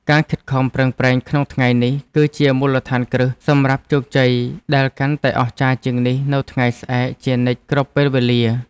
ការខិតខំប្រឹងប្រែងក្នុងថ្ងៃនេះគឺជាមូលដ្ឋានគ្រឹះសម្រាប់ជោគជ័យដែលកាន់តែអស្ចារ្យជាងនេះនៅថ្ងៃស្អែកជានិច្ចគ្រប់ពេលវេលា។